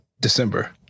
December